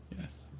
Yes